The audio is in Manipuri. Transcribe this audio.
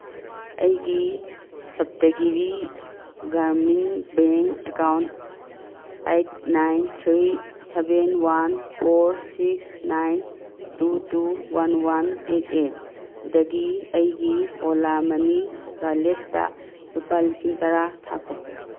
ꯑꯩꯒꯤ Saptagiri Grameen bank account eight nine three seven one four six nine two two one one eight ꯑꯦꯠꯇꯒꯤ ꯑꯩꯒꯤ ꯑꯣꯂꯥ ꯃꯅꯤ ꯋꯥꯂꯦꯠꯇ ꯂꯨꯄꯥ ꯂꯤꯁꯤꯡ ꯇꯔꯥ ꯊꯥꯈꯣ